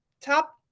top